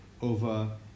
over